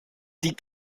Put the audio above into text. die